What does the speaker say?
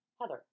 Heather